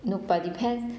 no but depends